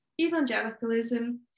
Evangelicalism